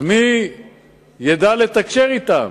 אז מי ידע לתקשר אתם?